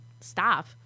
stop